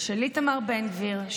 של איתמר בן גביר,